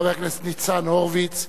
חבר הכנסת ניצן הורוביץ.